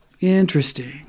Interesting